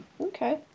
Okay